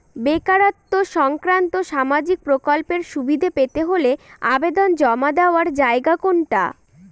বেকারত্ব সংক্রান্ত সামাজিক প্রকল্পের সুবিধে পেতে হলে আবেদন জমা দেওয়ার জায়গা কোনটা?